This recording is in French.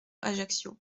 ajaccio